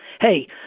Hey